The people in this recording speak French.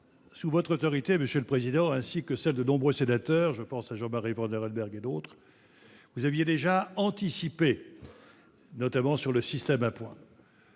sous votre autorité, monsieur le président, ainsi que celle de nombreux sénateurs, je pense à Jean-Marie Vanlerenberghe, vous l'aviez déjà anticipé, notamment sur le système à points.